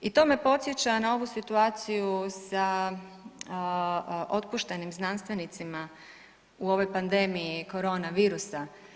I to me podsjeća na ovu situaciju sa otpuštenim znanstvenicima u ovoj pandemiji korona virusa.